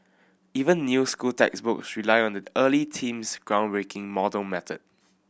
even new school textbooks rely on that early team's groundbreaking model method